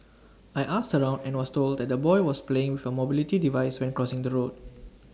I asked around and was told that the boy was playing from mobility device when crossing the road